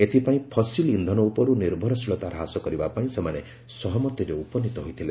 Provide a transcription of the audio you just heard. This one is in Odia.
ଏଥିପାଇଁ ଫସିଲ୍ ଇନ୍ଧନ ଉପରୁ ନିର୍ଭରଶୀଳତା ହ୍ରାସ କରିବା ପାଇଁ ସେମାନେ ସହମତିରେ ଉପନୀତ ହୋଇଥିଲେ